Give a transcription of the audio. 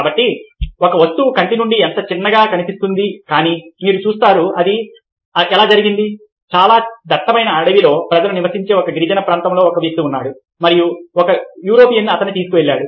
కాబట్టి ఒక వస్తువు కంటి నుండి ఎంత చిన్నదిగా కనిపిస్తుంది కానీ మీరు చూస్తారు అది ఎలా జరిగింది చాలా దట్టమైన అడవిలో ప్రజలు నివసించే ఒక గిరిజన ప్రాంతంలో ఒక వ్యక్తి ఉన్నాడు మరియు ఒక యూరోపియన్ అతన్ని తీసుకువెళ్లాడు